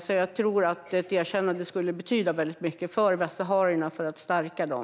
Jag tror därför att ett erkännande skulle betyda väldigt mycket för västsaharierna för att stärka dem.